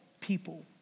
people